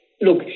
look